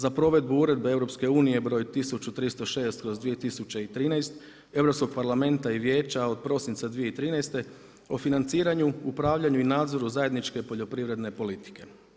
Za provedbu Uredbe EU br. 1306/2013 Europskog parlamenta i Vijeća od prosinca 2013. o financiranju, upravljanju i nadzoru zajedničke poljoprivredne politike.